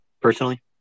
personally